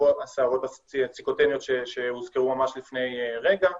אפרופו הסערות הציטוקניות שהוזכרו לפני רגע.